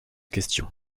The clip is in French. question